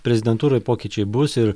prezidentūroj pokyčiai bus ir